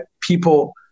people